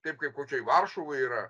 taip kaip kokioj varšuvoj yra